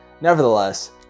Nevertheless